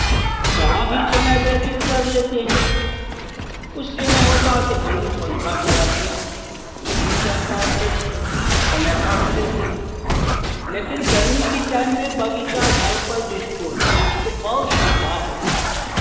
वहाँ भी समय व्यतीत कर लेते हैं उससे नहीं होता है तो घर में पंखा चलाते हैं कुछ भी चल रहा है तो समय काट लेते हैं लेकिन गर्मी की टाइम में बगीचा घर पर जिसको है उसको बहुत सुविधा है